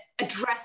address